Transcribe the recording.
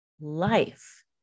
life